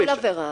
כל עבירה.